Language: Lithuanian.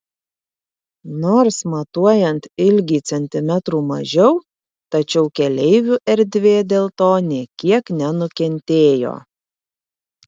nors matuojant ilgį centimetrų mažiau tačiau keleivių erdvė dėl to nė kiek nenukentėjo